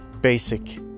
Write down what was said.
basic